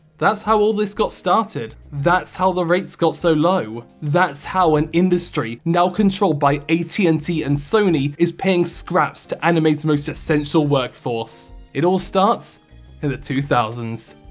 that's how all this got started. that's how the rates got so low. that's how an industry now controlled by at and t and sony is paying scraps to anime's most essential workforce. it all starts in the two thousand